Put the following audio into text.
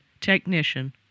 technician